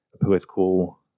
political